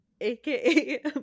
aka